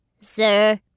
Sir